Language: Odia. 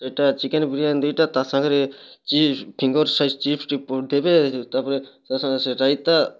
ସେଟା ଚିକେନ୍ ବିରିୟାନୀ ଦୁଇଟା ତା'ସାଙ୍ଗରେ ଚିପ୍ସ ଫିଙ୍ଗର୍ ସାଇଜ୍ ଚିପ୍ସ ପଠାଇବେ ତା'ସାଙ୍ଗରେ ରାଇତା